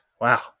wow